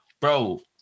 bro